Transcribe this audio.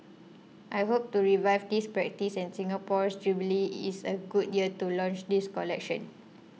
I hope to revive this practice and Singapore's jubilee is a good year to launch this collection